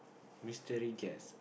mystery guest